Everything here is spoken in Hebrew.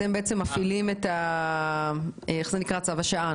אתם בעצם מפעילים את צו השעה.